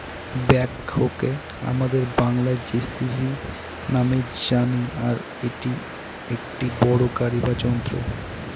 ব্যাকহোকে আমাদের বাংলায় যেসিবি নামেই জানি আর এটা একটা বড়ো গাড়ি বা যন্ত্র